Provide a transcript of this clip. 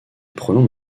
prenons